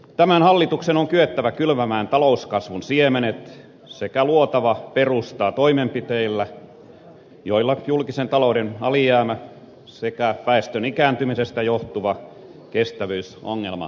tämän hallituksen on kyettävä kylvämään talouskasvun siemenet sekä luotava perustaa toimenpiteillä joilla julkisen talouden alijäämä sekä väestön ikääntymisestä johtuva kestävyysongelma ratkaistaan